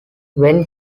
when